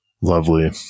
Lovely